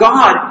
God